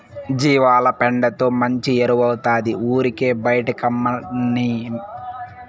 జీవాల పెండతో మంచి ఎరువౌతాది ఊరికే బైటేయకమ్మన్నీ